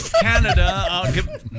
Canada